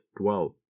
dwell